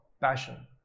passion